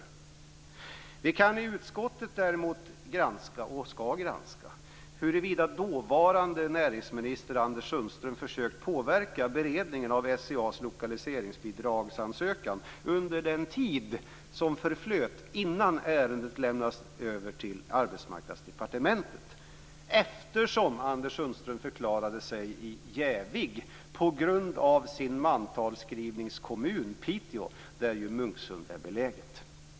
Däremot kan - och skall - vi i utskottet granska huruvida dåvarande näringsminister Anders Sundström har försökt påverka beredningen av SCA:s lokaliseringsbidragsansökan under den tid som förflöt innan ärendet lämnades över till Arbetsmarknadsdepartementet, eftersom Anders Sundström förklarade sig jävig på grund av sin mantalsskrivningskommun, Piteå, där ju Munksund är beläget.